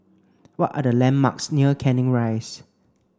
what are the landmarks near Canning Rise